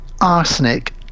arsenic